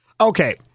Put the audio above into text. okay